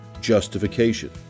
justification